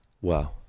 Wow